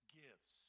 gives